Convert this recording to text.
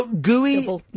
gooey